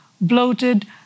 bloated